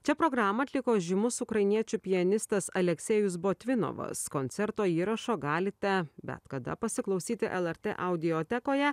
čia programą atliko žymus ukrainiečių pianistas aleksejus botvinovas koncerto įrašo galite bet kada pasiklausyti lrt audiotekoje